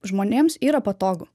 žmonėms yra patogu